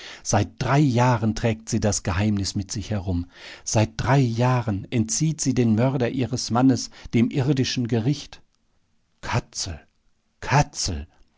seit drei jahren trägt sie das geheimnis mit sich herum seit drei jahren entzieht sie den mörder ihres mannes dem irdischen gericht katzel katzel